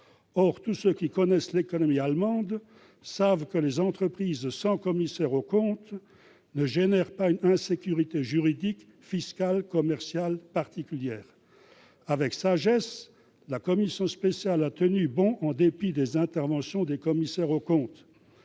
Or tous ceux qui connaissent l'économie allemande savent que les entreprises sans commissaires aux comptes ne sont pas source d'une insécurité juridique, fiscale et commerciale particulière. Avec sagesse, la commission spéciale a tenu bon, en dépit des interventions des commissaires aux comptes.